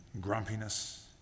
grumpiness